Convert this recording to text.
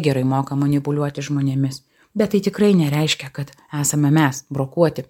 gerai moka manipuliuoti žmonėmis bet tai tikrai nereiškia kad esame mes brokuoti